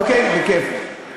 אוקיי, בכיף.